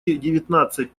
девятнадцать